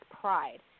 pride